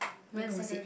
when was it